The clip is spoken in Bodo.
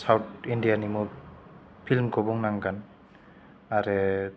साउथ इण्डिया नि मुभि फिल्म खौ बुंनांगोन आरो